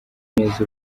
neza